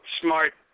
Smart